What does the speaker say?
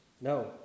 No